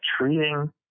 treating